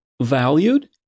valued